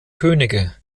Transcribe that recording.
könige